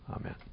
Amen